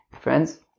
Friends